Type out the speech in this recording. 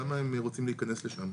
למה הם רוצים להיכנס לשם,